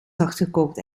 zachtgekookt